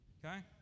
Okay